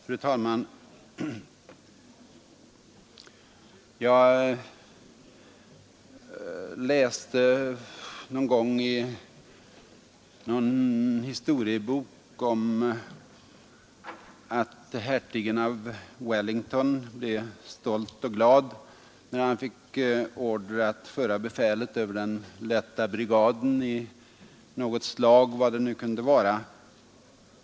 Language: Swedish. Fru talman! Jag läste någon gång i en historiebok att hertigen av Wellington blev stolt och glad när han fick order att föra befälet över den lätta brigaden i något slag, vilket det nu kunde vara.